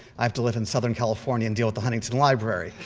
i have to live in southern california and deal with the huntington library.